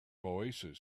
oasis